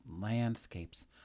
landscapes